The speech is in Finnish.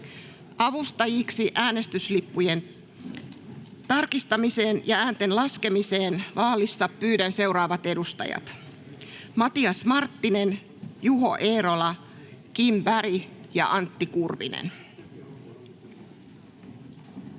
Avustajiksi äänestyslippujen tarkistamiseen ja äänten laskemiseen vaalissa pyydän seuraavat edustajat: Matias Marttinen, Juho Eerola, Kim Berg ja Antti Kurvinen.